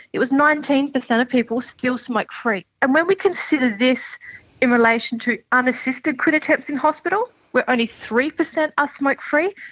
it was nineteen percent of people still smoke-free, and when we consider this in relation to unassisted quit attempts in hospital, where only three percent are ah smoke-free,